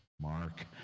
Mark